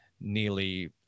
nearly